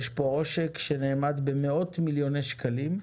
יש פה עושק שנאמד במאות מיליוני שקלים.